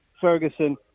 Ferguson